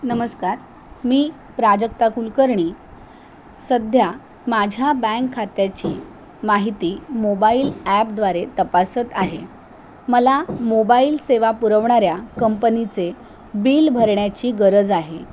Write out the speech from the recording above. नमस्कार मी प्राजक्ता कुलकर्णी सध्या माझ्या बँक खात्याची माहिती मोबाईल ॲपद्वारे तपासत आहे मला मोबाईल सेवा पुरवणाऱ्या कंपनीचे बिल भरण्याची गरज आहे